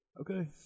okay